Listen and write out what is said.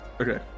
Okay